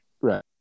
Right